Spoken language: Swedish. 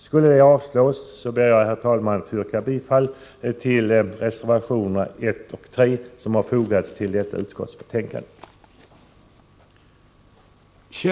Skulle yrkandet avslås ber jag, herr talman, att få yrka bifall till reservationerna 1 och 3, som har fogats till detta utskottsbetänkande.